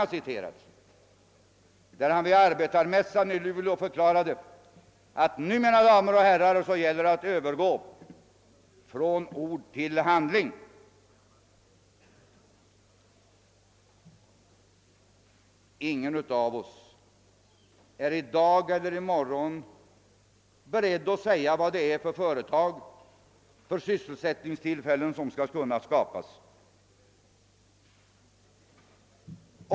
Han förklarade vid arbetarmässan i Luleå: »Nu, mina damer och herrar, gäller det att övergå från ord till handling.» Ingen av oss är i dag eller i morgon beredd att säga vilka företag och vilken sysselsättning som skall kunna skapas.